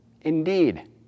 Indeed